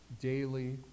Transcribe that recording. daily